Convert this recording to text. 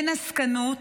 אין עסקנות,